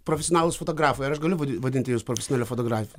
profesionalūs fotografai ar aš galiu vadinti jus profesionalia fotografe